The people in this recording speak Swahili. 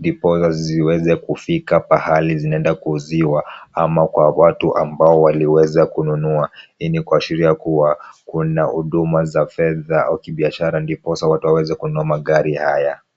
ndiposa ziweze kufika mahali zinaenda kuuziwa ama kwa watu ambao waliweza kununua. Hii ni kuashiria kuwa kuna huduma za fedha au kibiashara ndiposa watu waweze kununua magari haya,